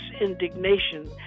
indignation